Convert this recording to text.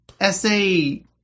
essay